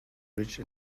ridge